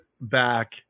back